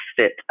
fit